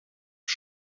die